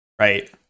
right